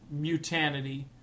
mutanity